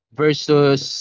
versus